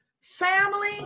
Family